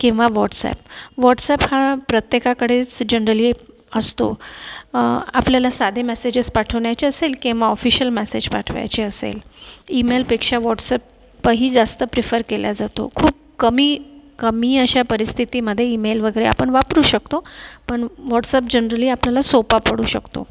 किंवा WhatsApp WhatsApp हा प्रत्येकाकडेच जनरली असतो आपल्याला साधे मॅसेजेस पाठवण्याचे असेल किंवा ऑफिशियल मॅसेज पाठवायचे असेल इमेलपेक्षा वॉट्सॲपही जास्त प्रिफर केला जातो खूप कमी कमी अशा परिस्थितीमध्ये इमेल वगैरे आपण वापरू शकतो पण वॉटसॲप जनरली आपल्याला सोपा पडू शकतो